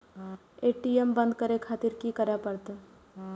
ATM बंद करें खातिर की करें परतें?